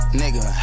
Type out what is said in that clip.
nigga